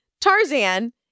Tarzan